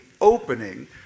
opening